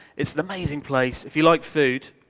it's an amazing place. if you like food.